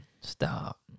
Stop